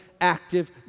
active